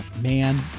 man